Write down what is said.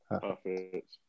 Perfect